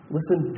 Listen